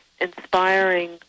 inspiring